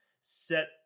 set